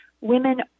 women